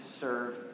serve